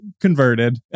converted